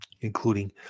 including